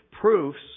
proofs